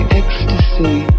ecstasy